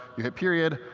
you hit period,